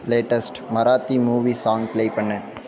latest Marathi movie song play பண்ணு